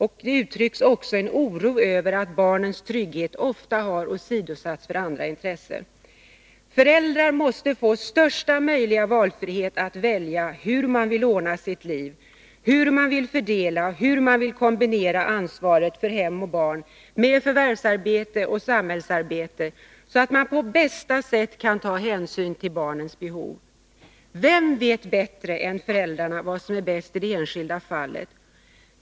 Vi uttrycker också oro Över att barnens trygghet ofta åsidosatts för andra intressen. Föräldrar måste få största möjliga frihet att välja hur de vill ordna sitt liv, hur de vill fördela ansvaret för hem och barn och kombinera förvärvsarbete med samhällsarbete, så att de på bästa sätt kan ta hänsyn till barnens behov. Vem vet bättre än föräldrarna vad som är bäst i det enskilda fallet?